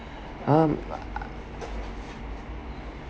um